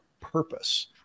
purpose